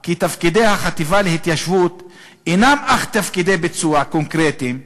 כי תפקידי החטיבה להתיישבות אינם אך תפקידי ביצוע קונקרטיים וגדורים.